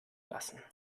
lassen